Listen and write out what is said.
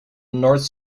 north